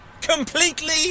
Completely